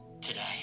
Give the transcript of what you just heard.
today